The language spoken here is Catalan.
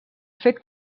fet